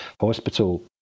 hospital